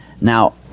Now